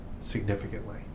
significantly